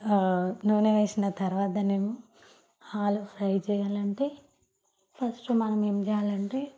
నూనె వేసిన తర్వాత ఏమో ఆలూ ఫ్రై చేయాలంటే ఫస్ట్ మనం ఏం చేయాలంటే